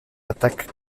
attaques